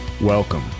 Welcome